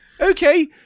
Okay